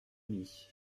mis